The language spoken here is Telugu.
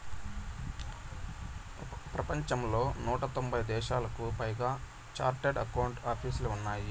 ప్రపంచంలో నూట తొంభై దేశాలకు పైగా చార్టెడ్ అకౌంట్ ఆపీసులు ఉన్నాయి